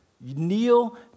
kneel